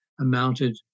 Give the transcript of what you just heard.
amounted